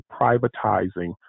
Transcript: privatizing